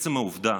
עצם העובדה